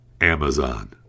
Amazon